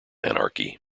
anarchy